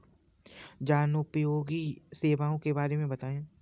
जनोपयोगी सेवाओं के बारे में बताएँ?